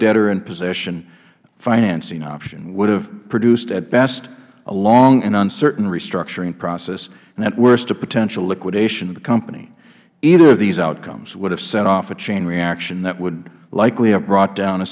debtorinpossession financing option would have produced at best a long and uncertain restructuring process and at worst a potential liquidation of the company either of these outcomes would have set off a chain reaction that would likely have brought down a